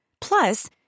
Plus